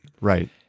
right